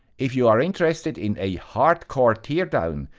if you are interested in a hardcore teardown,